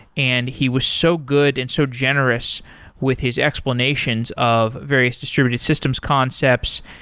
and he was so good and so generous with his explanations of various distributed systems concepts.